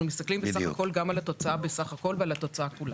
מסתכלים גם על התוצאה בסך הכול ועל התוצאה כולה.